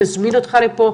נזמין אותך לפה.